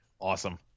awesome